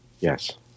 Yes